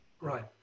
Right